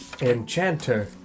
Enchanter